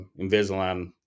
Invisalign